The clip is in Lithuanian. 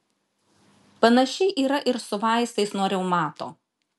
panašiai yra ir su vaistais nuo reumato